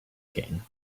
king